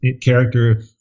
character